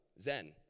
zen